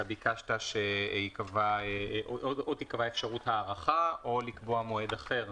אתה ביקשת או שתיקבע אפשרות הארכה או לקבוע מועד אחר.